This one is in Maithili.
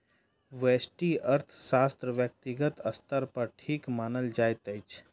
व्यष्टि अर्थशास्त्र व्यक्तिगत स्तर पर ठीक मानल जाइत अछि